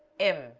m